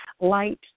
light